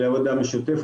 בוקר טוב למי שאיתנו בזום.